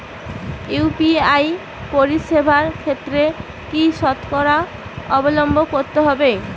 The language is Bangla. ইউ.পি.আই পরিসেবার ক্ষেত্রে কি সতর্কতা অবলম্বন করতে হবে?